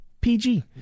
PG